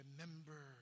remember